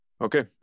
Okay